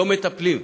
לא מטפלים.